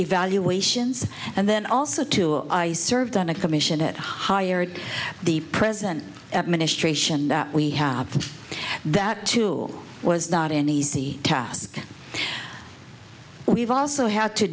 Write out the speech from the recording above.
evaluations and then also to i served on a commission it hired the present administration that we have that tool was not an easy task we've also had to